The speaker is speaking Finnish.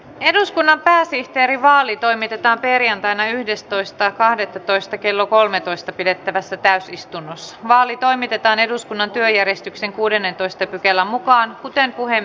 eduskunnan pääsihteerin vaali toimitetaan perjantaina yhdestoista kahdettatoista kello kolmetoista pidettävässä täysistunnossa vaali toimitetaan eduskunnan työjärjestyksen kuudennentoista kelan kysymyksen käsittely päättyi